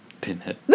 Pinhead